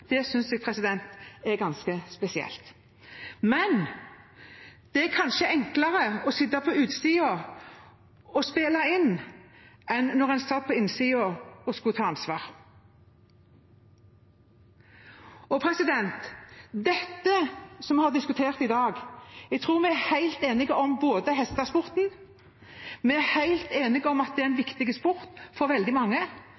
jeg er ganske spesielt. Det er kanskje enklere å sitte på utsiden og spille inn enn da en satt på innsiden og skulle ta ansvar. Når det gjelder dette vi har diskutert i dag, tror jeg vi er helt enige om at hestesporten er en viktig sport for veldig mange, men vi er også enige om at det er